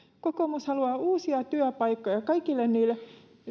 kokoomus haluaa uusia työpaikkoja kaikille niille